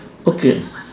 okay